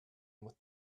with